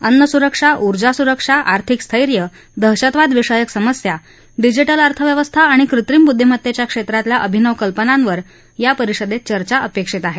अन्नसुरक्षा ऊर्जासुरक्षा आर्थिक स्थर्यी दहशतवादविषयक समस्या डिजिडिज अर्थव्यवस्था आणि कृत्रिम बुद्धिमत्तेच्या क्षेत्रातल्या अभिनव कल्पनांवर या परिषदेत चर्चा अपेक्षित आहे